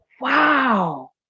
Wow